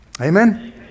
Amen